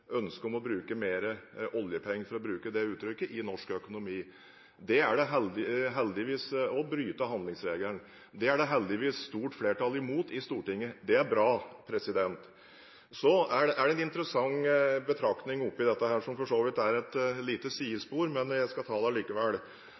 å bruke mer oljepenger – for å bruke det uttrykket – i norsk økonomi og å bryte handlingsregelen. Det er heldigvis et stort flertall mot i Stortinget. Det er bra. Så er det en interessant betraktning her, som for så vidt er et lite